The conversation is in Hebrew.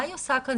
מה היא עושה כאן?